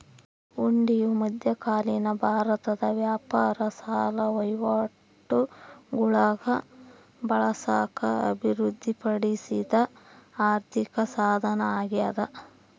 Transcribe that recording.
ಹುಂಡಿಯು ಮಧ್ಯಕಾಲೀನ ಭಾರತದ ವ್ಯಾಪಾರ ಸಾಲ ವಹಿವಾಟುಗುಳಾಗ ಬಳಸಾಕ ಅಭಿವೃದ್ಧಿಪಡಿಸಿದ ಆರ್ಥಿಕಸಾಧನ ಅಗ್ಯಾದ